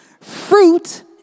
Fruit